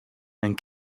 and